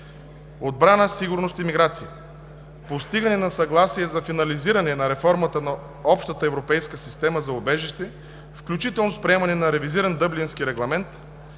Отбрана, сигурност и миграция - постигане на съгласие за финализиране на реформата на Общата европейска система за убежище, включително с приемането на ревизиран Дъблински регламент,